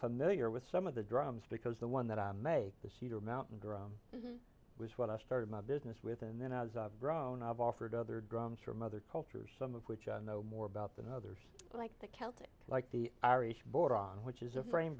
familiar with some of the drums because the one that i make the cedar mountain drum was what i started my business with and then i was grown i've offered other drums from other cultures some of which i know more about than others like the celtic like the irish border on which is a frame